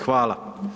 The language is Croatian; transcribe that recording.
Hvala.